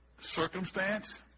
circumstance